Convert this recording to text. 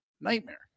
Nightmare